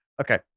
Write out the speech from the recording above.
Okay